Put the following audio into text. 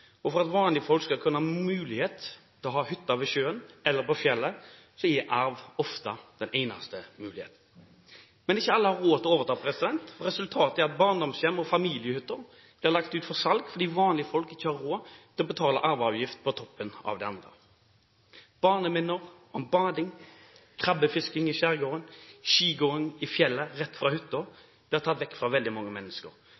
og for at vanlige folk skal kunne ha hytte ved sjøen eller på fjellet, er arv ofte den eneste muligheten. Men ikke alle har råd til å overta. Resultatet er at barndomshjem og familiehytter blir lagt ut for salg, fordi vanlige folk ikke har råd til å betale arveavgift på toppen av det andre. Barneminner om bading, krabbefisking i skjærgården og skigåing i fjellet rett fra